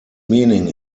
meaning